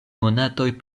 monatoj